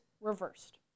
reversed